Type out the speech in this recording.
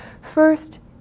First